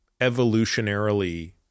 evolutionarily